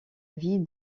vie